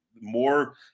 more